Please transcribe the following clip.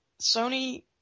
Sony